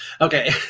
Okay